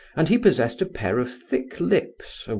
and he possessed a pair of thick lips, ah